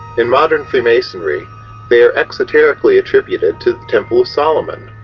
in modern freemasonry they are exoterically attributed to the temple of solomon,